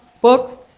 books